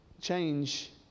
change